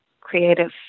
creative